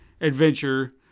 adventure